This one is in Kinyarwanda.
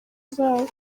zabo